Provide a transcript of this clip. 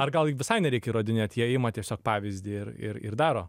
ar gal visai nereikia įrodinėt jie ima tiesiog pavyzdį ir ir ir daro